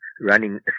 running